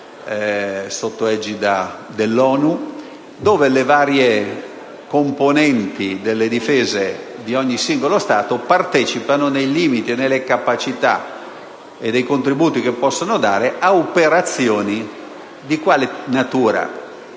addirittura dell'ONU) in cui le varie componenti delle difese di ogni singolo Stato partecipano nei limiti delle capacità e dei contributi che possono dare alle operazioni. Operazioni di quale natura?